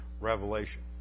revelation